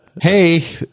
Hey